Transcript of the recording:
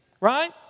right